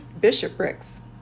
bishoprics